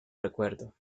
recuerdo